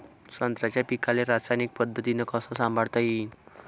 संत्र्याच्या पीकाले रासायनिक पद्धतीनं कस संभाळता येईन?